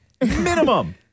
Minimum